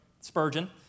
Spurgeon